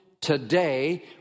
today